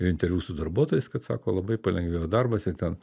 interviu su darbuotojais kad sako labai palengvėjo darbas ir ten